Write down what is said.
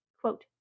Quote